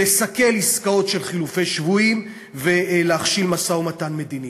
לסכל עסקאות של חילופי שבויים ולהכשיל משא-ומתן מדיני.